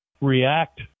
react